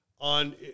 On